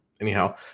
anyhow